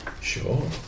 Sure